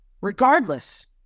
Regardless